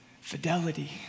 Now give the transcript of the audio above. fidelity